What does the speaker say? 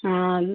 हाँ